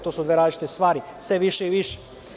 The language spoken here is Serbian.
To su dve različite stvari, sve više i više.